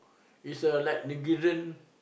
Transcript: is a like Negarian